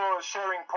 sharing